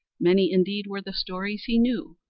many indeed were the stories he knew,